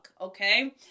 okay